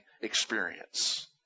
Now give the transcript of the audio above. experience